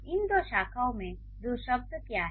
इन दो शाखाओं में दो शब्द क्या हैं